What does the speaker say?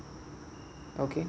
okay